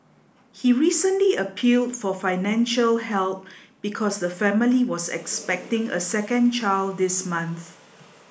he recently appealed for financial help because the family was expecting a second child this month